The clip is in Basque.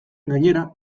gainera